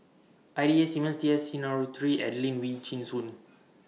I D A Simmons T S Sinnathuray Adelene Wee Chin Suan